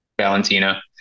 Valentina